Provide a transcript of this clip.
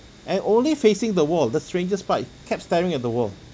and only facing the wall the strangest part kept staring at the wall